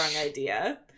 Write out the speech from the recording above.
idea